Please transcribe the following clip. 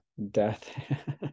death